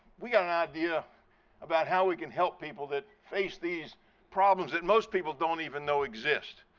we got an idea about how we can help people that face these problems that most people don't even know exist.